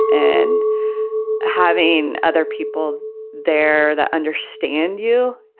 and having other people there that understand you,